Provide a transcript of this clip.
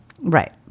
Right